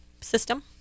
system